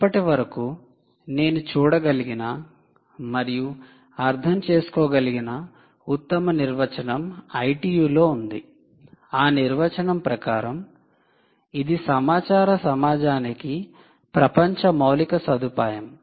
ఇప్పటివరకు నేను చూడగలిగిన మరియు అర్థం చేసుకోగలిగిన ఉత్తమ నిర్వచనం ITU లో ఉంది ఆ నిర్వచనం ప్రకారం ఇది సమాచార సమాజానికి ప్రపంచ మౌలిక సదుపాయం